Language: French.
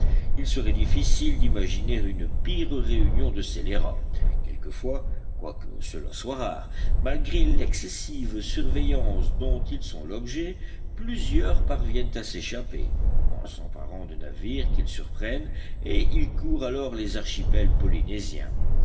il serait difficile d'imaginer une pire réunion de scélérats quelquefois quoique cela soit rare malgré l'excessive surveillance dont ils sont l'objet plusieurs parviennent à s'échapper en s'emparant de navires qu'ils surprennent et ils courent alors les archipels polynésiens